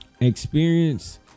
experience